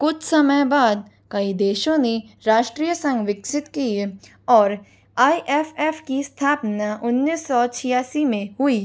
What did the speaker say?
कुछ समय बाद कई देशों ने राष्ट्रीय संघ विकसित किए और आई एफ एफ की स्थापना उन्नीस सौ छियासी में हुई